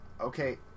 Okay